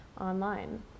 online